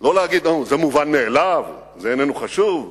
לא להגיד לנו: זה מובן מאליו, זה איננו חשוב.